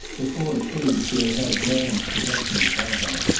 before, too, she had had grahams protection to count on.